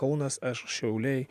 kaunas eš šiauliai